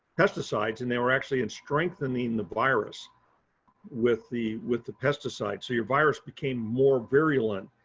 pesticides and they were actually in strengthening the virus with the with the pesticide. so your virus became more virulent